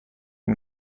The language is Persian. این